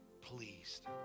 pleased